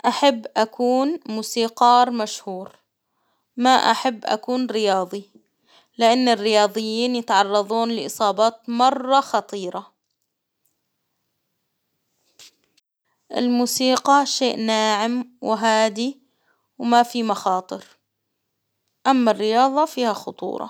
أحب أكون موسيقار مشهور، ما أحب أكون رياظي، لأن الرياظيين يتعرظون لإصابات مرة خطيرة، الموسيقى شيء ناعم وهادي، وما في مخاطر أما الرياظة فيها خطورة.